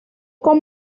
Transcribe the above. con